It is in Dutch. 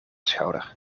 schouder